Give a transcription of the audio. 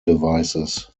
devices